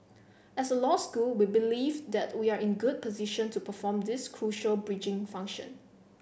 as a law school we believe that we are in good position to perform this crucial bridging function